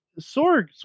Sorg